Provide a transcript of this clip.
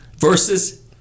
Versus